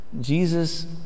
Jesus